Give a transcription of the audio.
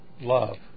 love